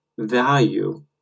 value